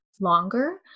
longer